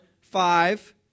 five